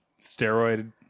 steroid